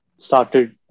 started